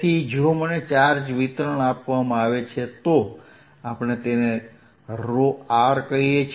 તેથી જો મને ચાર્જ વિતરણ આપવામાં આવે છે તો આપણે તેને કહીએ